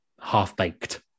half-baked